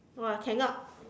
!wah! cannot